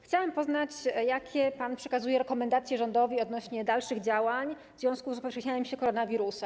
Chciałabym poznać, jakie pan przekazuje rekomendacje rządowi odnośnie do dalszych działań w związku z rozpowszechnianiem się koronawirusa.